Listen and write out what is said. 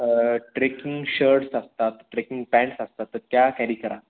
trekking shirts असतात trekking pants असतात तर त्या कॅरी करा